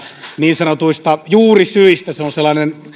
niin sanotuista juurisyistä se on sellainen